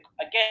again